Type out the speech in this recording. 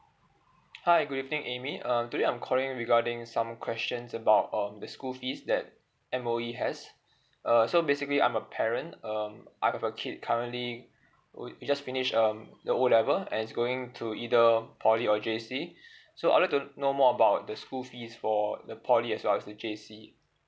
hi good evening amy um today I'm calling regarding some questions about um the school fees that M_O_E has uh so basically I'm a parent um I have a kid currently who he just finished um the O level and he's going to either poly or J_C so I'd like to know more about the school fees for the poly as well as the J_C